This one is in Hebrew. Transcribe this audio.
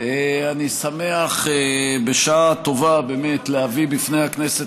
אני שמח בשעה טובה באמת להביא בפני הכנסת